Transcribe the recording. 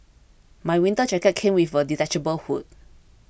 my winter jacket came with a detachable hood